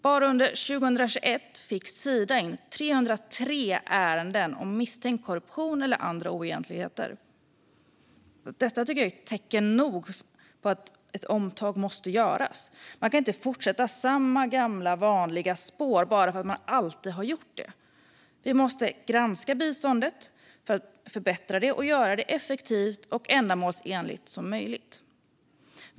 Bara under 2021 fick Sida in 303 ärenden om misstänkt korruption eller andra oegentligheter. Detta tycker jag är tecken nog på att ett omtag måste göras. Man kan inte fortsätta i samma gamla vanliga spår bara för att man alltid har gjort det. Vi måste granska biståndet för att förbättra det och göra det så effektivt och ändamålsenligt som möjligt.